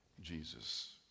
Jesus